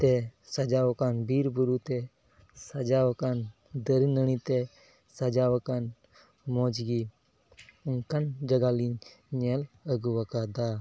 ᱛᱮ ᱥᱟᱡᱟᱣ ᱟᱠᱟᱱ ᱵᱤᱨ ᱵᱩᱨᱩᱛᱮ ᱥᱟᱡᱟᱣ ᱟᱠᱟᱱ ᱫᱟᱨᱮ ᱱᱟᱹᱲᱤᱛᱮ ᱥᱟᱡᱟᱣ ᱟᱠᱟᱱ ᱢᱚᱡᱽ ᱜᱮ ᱚᱱᱠᱟᱱ ᱡᱟᱭᱜᱟ ᱞᱤᱧ ᱧᱮᱞ ᱟᱹᱜᱩ ᱟᱠᱟᱫᱟ